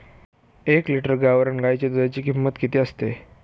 एक लिटर गावरान गाईच्या दुधाची किंमत किती असते?